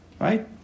Right